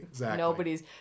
nobody's